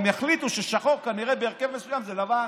הם יחליטו ששחור, כנראה, בהרכב מסוים, זה לבן.